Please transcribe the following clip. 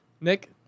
Nick